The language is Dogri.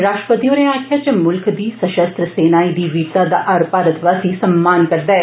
राष्ट्रपति होरें आक्खेआ जे मुलख दी संषस्त्र सेनाएं दी वीरता दा हर भारतवासी सम्मान करदा ऐ